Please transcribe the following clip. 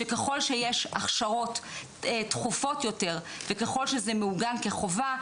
שככול שיש הכשרות תכופות יותר וככול שזה מעוגן כחובה,